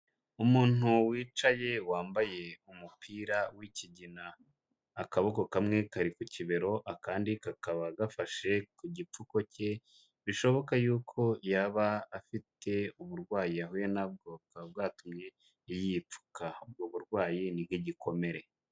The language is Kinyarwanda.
Umuntu wicaye wambaye umupira w'ikigina, akaboko kamwe kari ku kibero, akandi kakaba gafashe ku gipfuko ke, bishoboka yuko yaba afite uburwayi yahuye na bwo bukaba bwatumye yipfuka. Ubwo burwayi ni nk'igikomere.